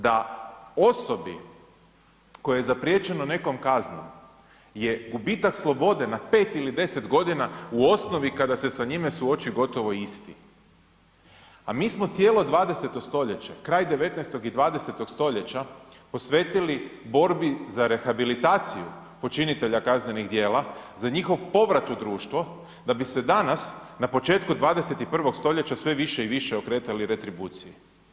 Da osobi kojoj je zapriječeno nekom kaznom je gubitak slobode na 5 ili 10 godina u osnovi kada se sa njime suoči gotovo isti, a mi smo cijelo 20. stoljeće, kraj 19. i 20. stoljeća posvetili borbi za rehabilitaciju počinitelja kaznenih djela, za njihov povrat u društvo, da bi se danas na početku 21. stoljeća sve više i više okretali retribuciji.